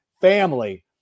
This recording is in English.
family